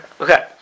okay